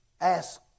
ask